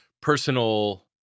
Personal